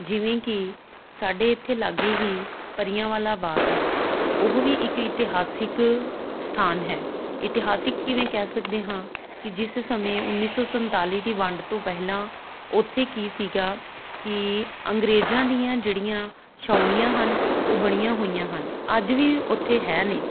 ਜਿਵੇਂ ਕਿ ਸਾਡੇ ਇੱਥੇ ਲਾਗੇ ਹੀ ਪਰੀਆਂ ਵਾਲਾ ਬਾਗ ਹੈ ਉਹ ਵੀ ਇੱਕ ਇਤਿਹਾਸਿਕ ਸਥਾਨ ਹੈ ਇਤਿਹਾਸਿਕ ਕਿਵੇਂ ਕਹਿ ਸਕਦੇ ਹਾਂ ਕਿ ਜਿਸ ਸਮੇਂ ਉੱਨੀ ਸੌ ਸਨਤਾਲੀ ਦੀ ਵੰਡ ਤੋਂ ਪਹਿਲਾਂ ਉੱਥੇ ਕੀ ਸੀਗਾ ਕਿ ਅੰਗਰੇਜ਼ਾਂ ਦੀਆਂ ਜਿਹੜੀਆਂ ਛਾਉਣੀਆਂ ਹਨ ਉਹ ਬਣੀਆਂ ਹੋਈਆਂ ਹਨ ਅੱਜ ਵੀ ਉੱਥੇ ਹੈ ਨੇ